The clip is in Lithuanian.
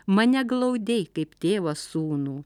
mane glaudei kaip tėvas sūnų